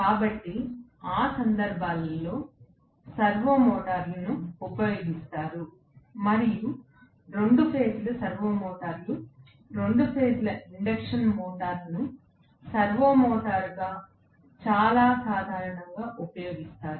కాబట్టి ఆ సందర్భాలలో సర్వోమోటర్లను ఉపయోగిస్తారు మరియు 2 ఫేజ్ సర్వో మోటార్లు 2 ఫేజ్ ఇండక్షన్ మోటారును సర్వో మోటారుగా చాలా సాధారణంగా ఉపయోగిస్తారు